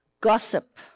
gossip